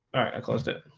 i closed it